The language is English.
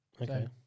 Okay